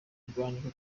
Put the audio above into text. urwanjye